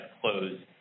closed